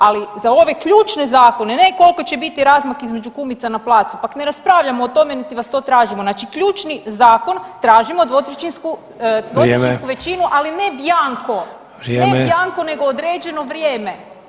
Ali, za ove ključne zakone, ne koliko će biti razmaka između kumica na placu, pa ne raspravljamo o tome niti vas to tražimo, znači ključni zakon tražimo dvotrećinsku većinu [[Upadica: Vrijeme.]] ali ne bjanko, ne bjanko [[Upadica: Vrijeme.]] nego određeno vrijeme.